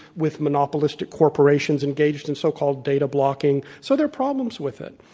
with monopolistic corporations engaged in so called data blocking. so there are problems with it.